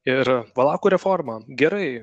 ir valakų reforma gerai